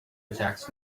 attacks